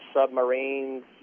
submarines